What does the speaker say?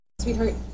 sweetheart